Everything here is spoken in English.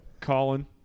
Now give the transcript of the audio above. Colin